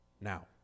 now